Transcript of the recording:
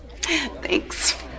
Thanks